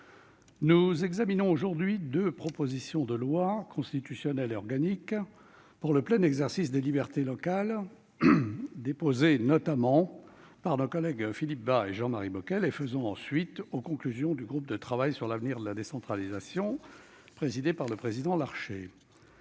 nous examinons aujourd'hui deux propositions de loi, l'une constitutionnelle, l'autre organique, pour le plein exercice des libertés locales. Ces textes ont été déposés, notamment, par nos collègues Philippe Bas et Jean-Marie Bockel et font suite aux conclusions du groupe de travail sur l'avenir de la décentralisation, présidé par Gérard Larcher.